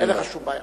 אין לך שום בעיה.